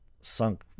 sunk